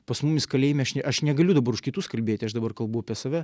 pas mumis kalėjime aš aš negaliu dabar už kitus kalbėti aš dabar kalbu apie save